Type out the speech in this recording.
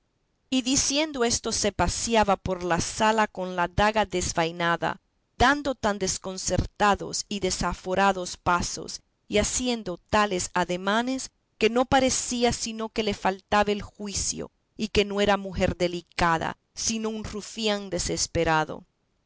y diciendo esto se paseaba por la sala con la daga desenvainada dando tan desconcertados y desaforados pasos y haciendo tales ademanes que no parecía sino que le faltaba el juicio y que no era mujer delicada sino un rufián desesperado